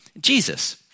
Jesus